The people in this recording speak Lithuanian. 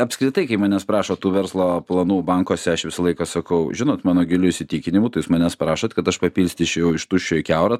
apskritai kai manęs prašo tų verslo planų bankuose aš visą laiką sakau žinot mano giliu įsitikinimu tai jūs manęs prašot kad aš papilstyčiau iš tuščio į kiaurą